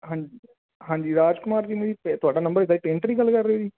ਹਾਂਜੀ ਹਾਂਜੀ ਰਾਜਕੁਮਾਰ ਜੀ ਨੇ ਤੁਹਾਡਾ ਨੰਬਰ ਦਿੱਤਾ ਪੇਂਟਰ ਹੀ ਗੱਲ ਕਰ ਰਹੇ ਹੋ ਜੀ